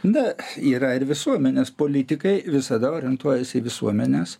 na yra ir visuomenės politikai visada orientuojasi į visuomenes